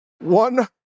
one